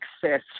success